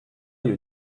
you